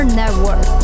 network